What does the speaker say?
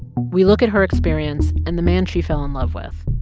we look at her experience and the man she fell in love with,